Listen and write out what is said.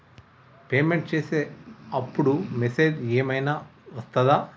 Payment చేసే అప్పుడు message ఏం ఐనా వస్తదా?